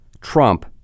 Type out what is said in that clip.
Trump